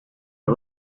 are